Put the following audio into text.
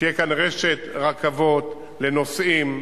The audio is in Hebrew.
ותהיה כאן רשת רכבות לנוסעים,